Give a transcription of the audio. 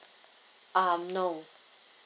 um no